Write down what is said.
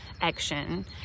action